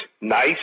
nice